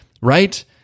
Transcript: Right